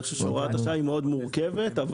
אני חושב שהוראת השעה מורכבת מאוד.